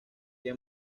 que